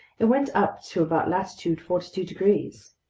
it went up to about latitude forty two degrees.